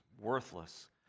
worthless